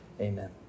Amen